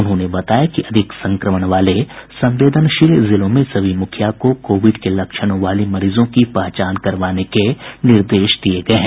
उन्होंने बताया कि अधिक संक्रमण वाले संवेदनशील जिलों में सभी मुखिया को कोविड के लक्षणों वाले मरीजों की पहचान करवाने के निर्देश दिये गये हैं